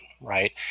right